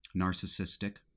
narcissistic